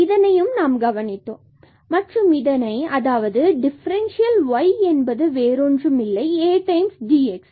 இதனை நாம் கவனித்தோம் மற்றும் இதனை அதாவது டிஃபரண்சியல் y என்பது வேறொன்றும் இல்லை A dx ஆகும்